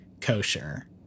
kosher